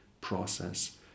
process